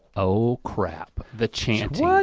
oh crap, the chanting.